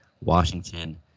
Washington